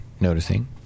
noticing